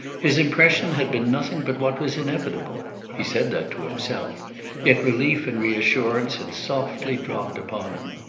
his impression had been nothing but what was inevitable he said that to himself yet relief and reassurance had softly dropped upon him.